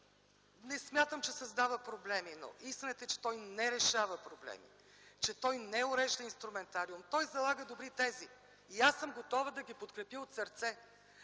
че този закон създава проблеми, но истината е, че той не решава проблеми, той не урежда инструментариум. Той залага добри тези и аз съм готова да ги подкрепя от сърце,